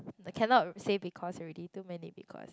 I cannot say because already too many because